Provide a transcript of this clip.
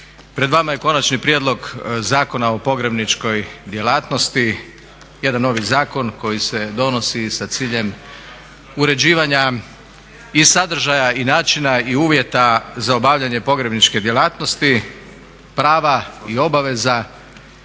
Pred vama je Konačni prijedlog zakona o pogrebničkoj djelatnosti, jedan novi zakon koji se donosi sa ciljem uređivanja i sadržaja i načina i uvjeta za obavljanje pogrebničke djelatnosti, prava i obaveza